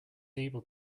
able